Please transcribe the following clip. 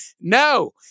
No